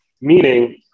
meaning